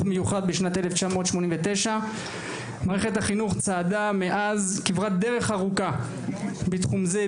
מיוחד בשנת 1989. מערכת החינוך צעדה מאז כברת דרך ארוכה בתחום זה,